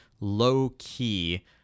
low-key